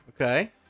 Okay